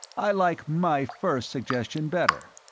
i like my first suggestion better.